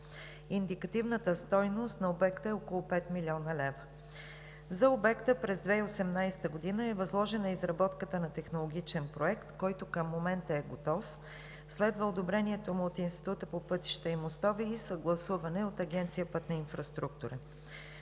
Индикативната стойност на обекта е около 5 млн. лв. За обекта през 2018 г. е възложена изработката на технологичен проект, който към момента е готов. Следва одобрението му от Института по пътища и мостове и съгласуване от Агенция „Пътна инфраструктура“.